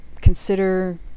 consider